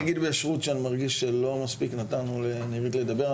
אני אגיד בישרות שאני מרגיש שלא מספיק נתנו לנרית לדבר.